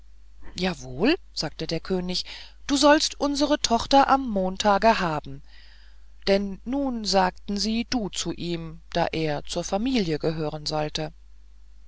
jawohl sagte der könig du sollst unsere tochter am montage haben denn nun sagten sie du zu ihm da er zur familie gehören sollte